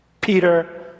Peter